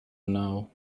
now